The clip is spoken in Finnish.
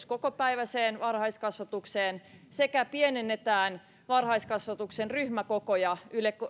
kokopäiväiseen varhaiskasvatukseen sekä pienennetään varhaiskasvatuksen ryhmäkokoja